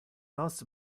nos